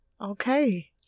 okay